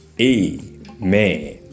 Amen